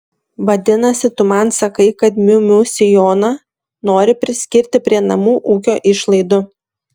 vadinasi tu man sakai kad miu miu sijoną nori priskirti prie namų ūkio išlaidų